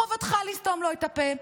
חובתך לסתום לו את הפה,